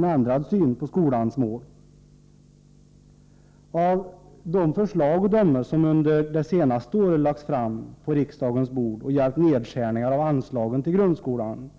Om det inte är ett alibi är det ändå, av de förslag att döma som under det senaste året har lagts på riksdagens bord och som har gällt nedskärningar av anslagen till grundskolan,